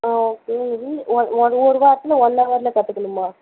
ஆ okay உங்கள் வீடு ஒரு ஒரு வாரத்தில் ஒன் ஹவரில் கற்றுக்கணுமா